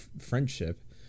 friendship